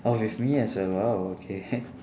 oh with me as well okay